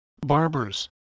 Barbers